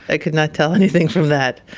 i couldn't ah tell anything from that.